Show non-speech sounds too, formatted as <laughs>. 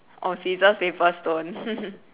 oh scissors paper stone <laughs>